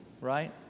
right